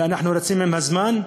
ואנחנו רצים עם זמן,